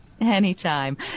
Anytime